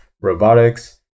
robotics